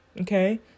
Okay